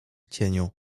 cieniu